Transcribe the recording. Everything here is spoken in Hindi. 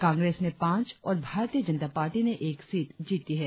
कांग्रेस ने पांच और भारतीय जनता पार्टी ने एक सीट जीती है